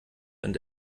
und